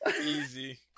Easy